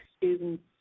students